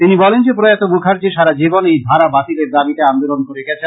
তিনি বলেন যে প্রয়াত মুখার্জী সারা জীবন এই ধারা বাতিলের দাবীতে আন্দোলন করে গেছেন